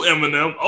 Eminem